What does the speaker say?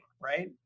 right